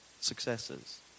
successes